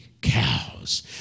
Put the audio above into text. cows